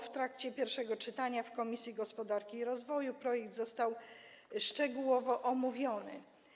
W trakcie pierwszego czytania w Komisji Gospodarki i Rozwoju projekt został szczegółowo omówiony.